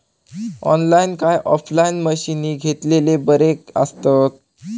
Online काय offline मशीनी घेतलेले बरे आसतात?